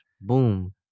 boom